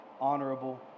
honorable